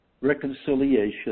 reconciliation